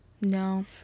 No